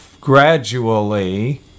gradually